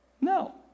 no